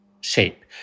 shape